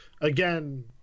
Again